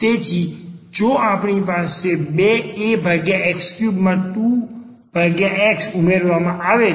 તેથી જો આપણી પાસે બે Ax3 માં 2x ઉમેરવામાં આવે છે